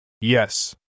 Yes